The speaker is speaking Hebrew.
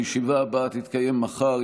הישיבה הבאה תתקיים מחר,